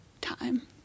time